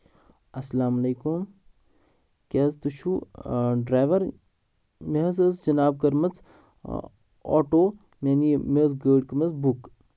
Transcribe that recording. اَسلام علیکُم کیاہ حظ تُہۍ چھِو ڈرایور مےٚ حظ ٲس جِناب کٔرمٕژ اوٹو مےٚ نی مےٚ حظ ٲس گٲڑۍ کٔرمٕژ بُک